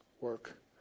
work